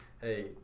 hey